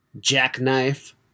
Jackknife